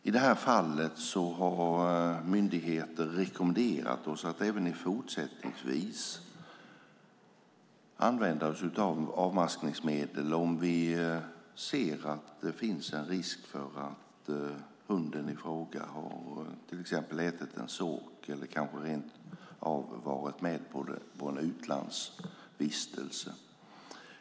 I detta fall har myndigheter rekommenderat oss att även i fortsättningen använda oss av avmaskningsmedel om vi ser att det finns en risk för att hunden i fråga har ätit till exempel en sork eller rent av varit med på en utlandsvistelse.